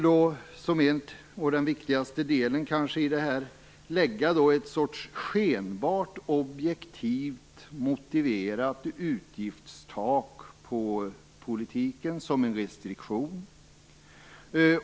Den kanske viktigaste delen i förslaget innebär att man vill lägga en sorts skenbart objektivt motiverat utgiftstak på politiken, som en restriktion.